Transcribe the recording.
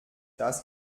das